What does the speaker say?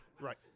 Right